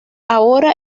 ahora